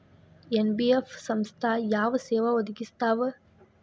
NBF ಸಂಸ್ಥಾ ಯಾವ ಸೇವಾ ಒದಗಿಸ್ತಾವ?